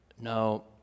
no